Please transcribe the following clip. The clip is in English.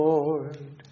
Lord